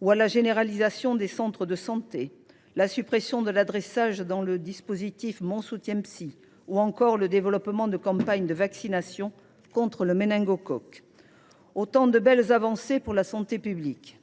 à la généralisation des centres de santé, à la suppression de l’adressage dans le dispositif Mon soutien psy ou encore au développement de campagnes de vaccination contre le méningocoque, qui sont autant de belles avancées pour la santé publique.